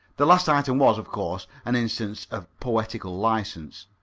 the last item was, of course, an instance of poetical licence.